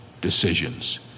decisions